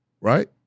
right